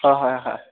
হয় হয় হয়